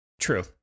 true